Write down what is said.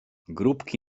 grupki